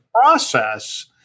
process